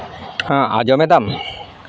ᱦᱮᱸ ᱟᱸᱡᱚᱢᱮᱫᱟᱢ